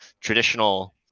traditional